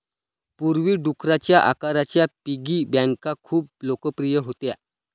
पूर्वी, डुकराच्या आकाराच्या पिगी बँका खूप लोकप्रिय होत्या